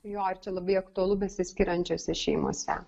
jo ir čia labai aktualu besiskiriančiose šeimose